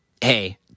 hey—